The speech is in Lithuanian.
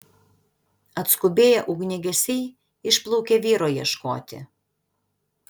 atskubėję ugniagesiai išplaukė vyro ieškoti